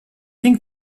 think